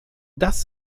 das